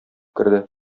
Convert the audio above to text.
керде